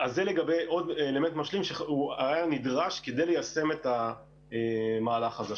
זה לגבי עוד אלמנט משלים שהיה נדרש כדי ליישם את המהלך הזה.